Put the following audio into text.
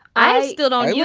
i still don't yeah